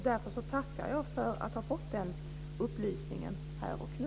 Därför tackar jag för att jag har fått den upplysningen här och nu.